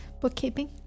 Bookkeeping